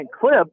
clip